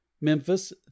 Memphis